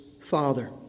father